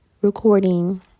recording